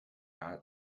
辖下